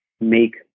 make